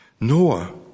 Noah